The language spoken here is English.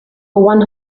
one